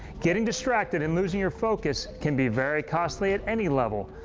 getting distracted and losing your focus can be very costly at any level.